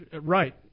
Right